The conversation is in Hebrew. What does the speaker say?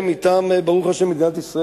בשבילם מדינת ישראל,